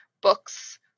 books